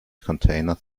container